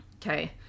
Okay